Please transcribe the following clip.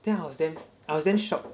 then I was damn I was damn shocked